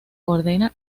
ordena